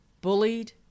Bullied